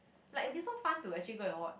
like it'll be so fun to actually go and watch